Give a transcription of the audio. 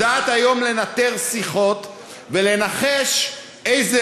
יודעים היום לנטר שיחות ולנחש איזה